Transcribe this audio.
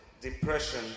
depression